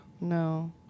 no